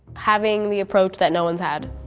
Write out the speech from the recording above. having the approach that no one's had,